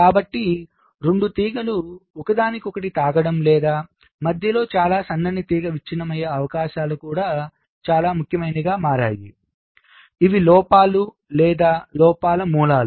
కాబట్టి రెండు తీగలు ఒకదానికొకటి తాకడం లేదా మధ్యలో చాలా సన్నని తీగ విచ్ఛిన్నం అయ్యే అవకాశాలు కూడా చాలా ముఖ్యమైనవిగా మారాయి ఇవి లోపాలు లేదా లోపాల మూలాలు